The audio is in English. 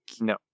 No